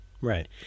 Right